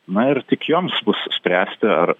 na ir tik joms bus spręsti ar